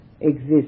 exist